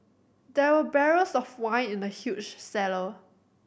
there were barrels of wine in the huge cellar